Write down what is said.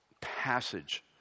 passage